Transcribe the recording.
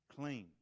Clean